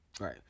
Right